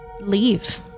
leave